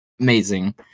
amazing